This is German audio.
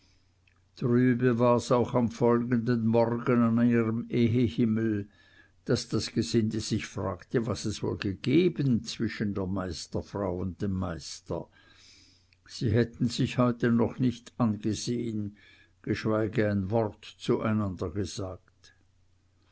trübe wars auch am folgenden morgen an ihrem ehehimmel daß das gesinde sich fragte was es wohl gegeben zwischen der meisterfrau und dem meister sie hätten sich heute noch nicht angesehen geschweige ein wort zu einander gesagt